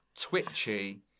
Twitchy